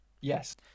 Yes